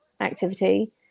activity